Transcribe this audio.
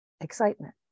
excitement